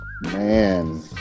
Man